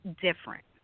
different